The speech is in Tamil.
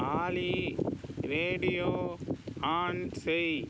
ஆலி ரேடியோ ஆன் செய்